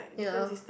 ya